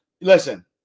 listen